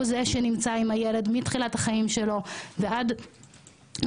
הוא זה שנמצא עם הילד מתחילת החיים שלו ועד לסוף.